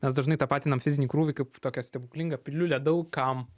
mes dažnai tapatinam fizinį krūvį kaip tokią stebuklingą piliulę daug kam